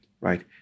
right